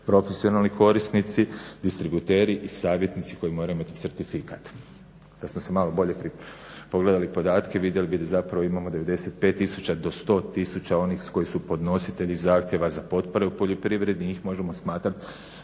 profesionalni korisnici, distributeri i savjetnici koji moraju imati certifikat. Da smo si malo bolje pogledali podatke vidjeli bi da zapravo imamo 95000 do 10000 onih koji su podnositelji zahtjeva za potpore u poljoprivredi. Njih možemo smatrati